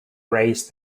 raise